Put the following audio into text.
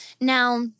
Now